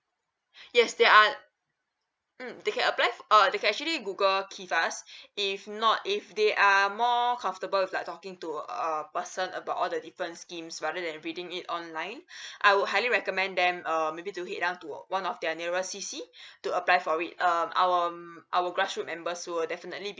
yes there are mm they can apply for uh they can actually google KIFAS if not if they are more comfortable with like talking to a person about all the different schemes rather than reading it online I would highly recommend them um maybe to head down to one of their nearer C_C to apply for it um our our grassroot members will definitely be